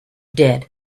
did